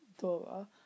Dora